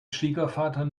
schwiegervater